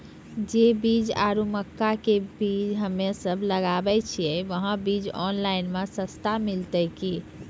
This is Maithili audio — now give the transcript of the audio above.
जे गेहूँ आरु मक्का के बीज हमे सब लगावे छिये वहा बीज ऑनलाइन मे सस्ता मिलते की?